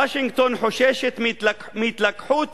וושינגטון חוששת מהתלקחות